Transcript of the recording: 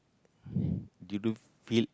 did you feel